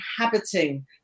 inhabiting